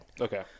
Okay